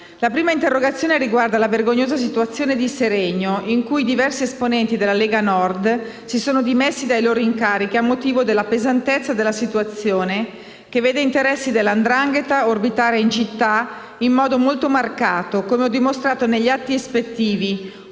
La prima riguarda la vergognosa situazione di Seregno, in cui diversi esponenti della Lega Nord si sono dimessi dai loro incarichi a motivo della pesantezza della situazione, che vede interessi della 'ndrangheta orbitare in città in modo molto marcato, come ho dimostrato negli atti ispettivi